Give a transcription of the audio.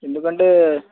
ఎందుకంటే